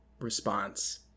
response